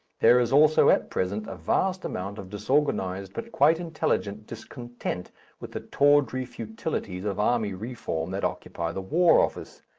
there is also at present a vast amount of disorganized but quite intelligent discontent with the tawdry futilities of army reform that occupy the war office.